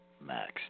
max